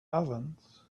ovens